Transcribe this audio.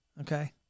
Okay